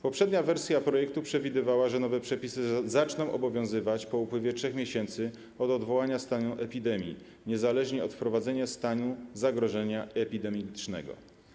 Poprzednia wersja projektu przewidywała, że nowe przepisy zaczną obowiązywać po upływie 3 miesięcy od odwołania stanu epidemii, niezależnie od wprowadzenia stanu zagrożenia epidemicznego.